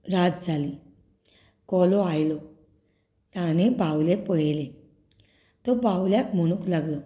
रात जाली कोलो आयलो ताणें बावले पळयले तो बावल्यांक म्हणूंक लागलो